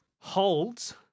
Holds